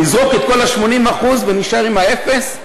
נזרוק את כל ה-80% ונישאר עם האפס?